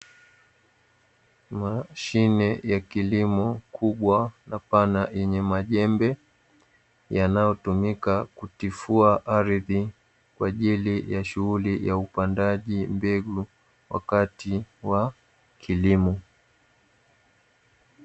Mashine ya kilimo kubwa na pana yenye majembe yanayotumika kutifua ardhi, kwa ajili ya shughuli ya upandaji mbegu wakati wa kilimo.